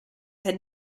had